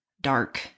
dark